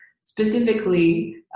specifically